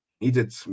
needed